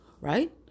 right